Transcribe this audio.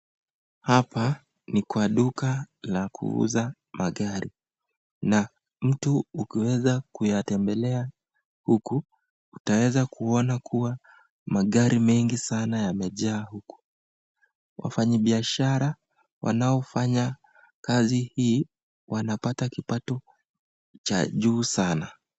Hapa ni kwa duka la kuuza magari, na mtu ukiweza kuyatembelea huku utawez kuona kua magari mengi sana yamejaa huku, wafanyi biashara wanaofanya kazi hii wanapata pitao cha juu sana.